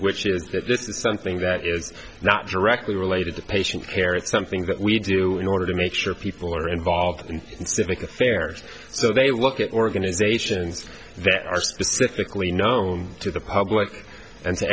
this is something that is not directly related to patient care it's something that we do in order to make sure people are involved in civic affairs so they look at organizations that are specifically known to the public